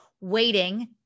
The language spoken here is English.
waiting